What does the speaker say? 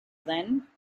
then